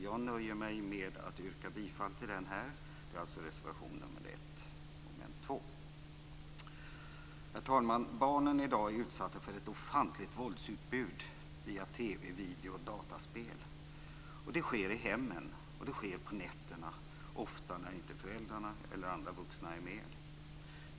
Jag nöjer mig med att yrka bifall till reservation 1 under mom. 2. Herr talman! Barnen är i dag utsatta för ett ofantligt våldsutbud via TV, video och dataspel. Det sker i hemmen, på nätterna, ofta när föräldrarna eller andra vuxna inte är med.